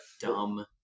dumb